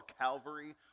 Calvary